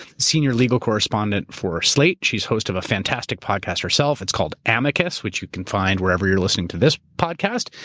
senior legal correspondent for slate. she's host of a fantastic podcast herself. it's called amicus, which you can find wherever you're listening to this podcast,